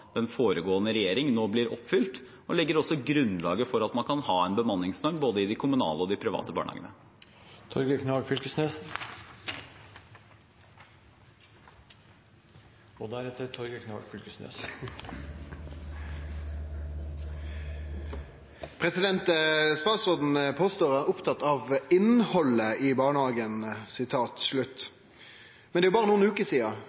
den foregående regjering, nå blir oppfylt og legger grunnlaget for at man kan ha en bemanningsnorm både i de kommunale og i de private barnehagene. Statsråden påstår å vere opptatt av innhaldet i barnehagen. Men det er